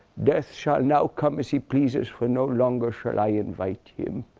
death shall now come as he pleases. for no longer shall i invite him.